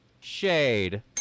shade